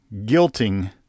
guilting